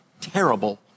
terrible